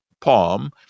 palm